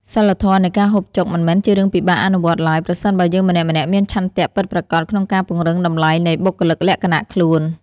សីលធម៌នៃការហូបចុកមិនមែនជារឿងពិបាកអនុវត្តឡើយប្រសិនបើយើងម្នាក់ៗមានឆន្ទៈពិតប្រាកដក្នុងការពង្រឹងតម្លៃនៃបុគ្គលិកលក្ខណៈខ្លួន។